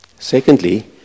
Secondly